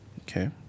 Okay